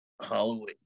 Halloween